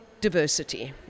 diversity